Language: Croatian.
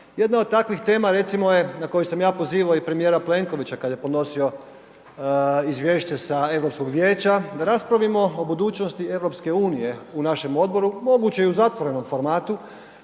Jedna od takvih tema recimo je, na koju sam ja pozivao i premijera Plenkovića kad je podnosio izvješće sa Europskog vijeća, da raspravimo o budućnosti EU u našem odboru, moguće je i u zatvorenom formatu